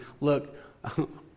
look